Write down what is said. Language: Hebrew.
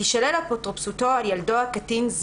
תישלל אפוטרופסותו על ילדו הקטין,